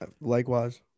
Likewise